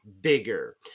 bigger